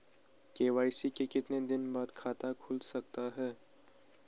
KYC के कितने दिन बाद खाता खुल सकता है?